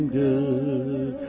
good